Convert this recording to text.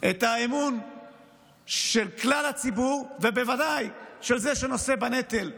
את האמון של כלל הציבור ובוודאי של זה שנושא בנטל ומשרת.